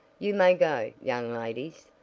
you may go, young ladies.